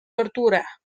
tortura